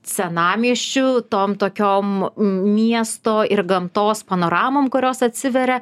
senamiesčiu tom tokiom miesto ir gamtos panoramom kurios atsiveria